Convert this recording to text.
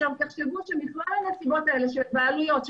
תחשבו שמכלול הנסיבות האלה של עלויות,